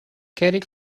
cerrig